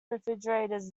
refrigerators